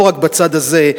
לא רק בצד הזה,